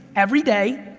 every day,